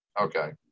Okay